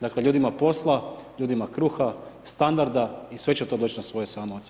Dakle ljudima posla, ljudima kruha, standarda i sve će to doći na svoje samo od sebe.